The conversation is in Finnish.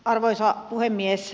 arvoisa puhemies